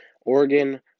Oregon